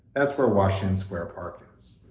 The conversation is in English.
that's where washington square park is.